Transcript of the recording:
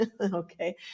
okay